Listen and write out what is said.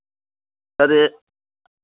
సరే